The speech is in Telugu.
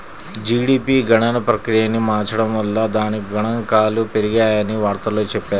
జీడీపీ గణన ప్రక్రియను మార్చడం వల్ల దాని గణాంకాలు పెరిగాయని వార్తల్లో చెప్పారు